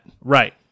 Right